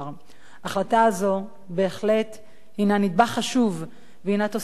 ההחלטה הזו בהחלט הינה נדבך חשוב והינה תוספת לשורת